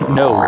no